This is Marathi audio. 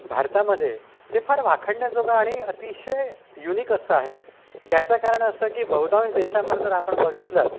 भारतामध्ये ते फार वाखाणण्याजोगं आणि अतिशय युनिक असं आहे याचं कारण असं की बहुतांश देशामध्ये जर आपण बघितलंत